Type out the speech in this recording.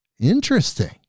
Interesting